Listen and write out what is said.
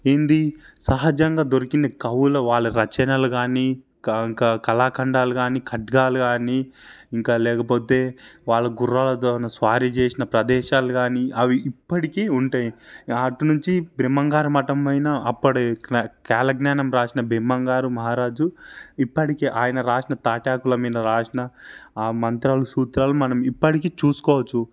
ఏంటీ సహజంగా దొరికింది కవుల వాళ్ళ రచనలు కానీ కళాఖండాలు కానీ ఖడ్గాలు కానీ ఇంకా లేకపోతే వాళ్ళ గుర్రాలతో ఆయన స్వారీ చేసిన ప్రదేశాలు కానీ అవి ఇప్పటికీ ఉంటాయి అటు నుంచి బ్రహ్మంగారు మఠమైన అప్పటి కాలజ్ఞానం వ్రాసిన బ్రహ్మంగారు మహారాజు ఇప్పటికీ ఆయన వ్రాసిన తాటాకుల మీద వ్రాసిన ఆ మంత్రాలు సూత్రాలు మనం ఇప్పటికీ చూసుకోవచ్చు